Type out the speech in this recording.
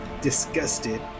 disgusted